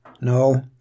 no